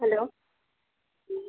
hello